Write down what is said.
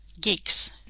geeks